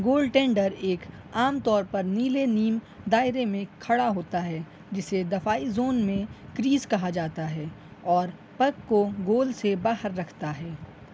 گول tender ایک عام طور پر نیلے نیم دائرے میں کھڑا ہوتا ہے جسے دفاعی زون میں کریز کہا جاتا ہے اور پک کو گول سے باہر رکھتا ہے